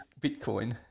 Bitcoin